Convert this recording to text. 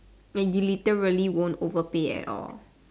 and you literally won't overpay at all